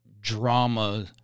drama